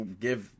give